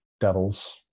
Devils